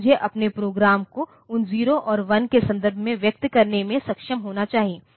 तो मुझे अपने प्रोग्राम को उन जीरो और वन के संदर्भ में व्यक्त करने में सक्षम होना चाहिए